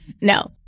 No